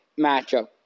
matchup